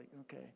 okay